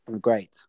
Great